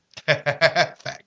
Fact